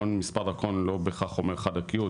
מספר דרכון לא בהכרח אומר חד ערכיות,